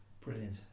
Brilliant